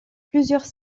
plusieurs